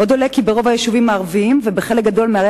עוד עולה כי ברוב היישובים הערביים ובחלק גדול מערי